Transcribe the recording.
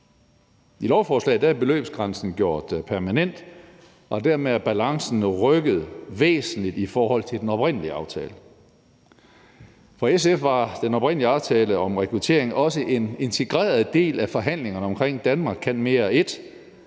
I lovforslaget er beløbsgrænsen gjort permanent, og dermed er balancen jo rykket væsentligt i forhold til den oprindelige aftale. For SF var den oprindelige aftale om rekruttering også en integreret del af forhandlingerne omkring »Danmark kan mere I«,